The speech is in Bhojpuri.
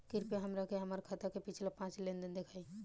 कृपया हमरा के हमार खाता के पिछला पांच लेनदेन देखाईं